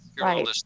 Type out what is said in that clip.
Right